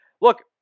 Look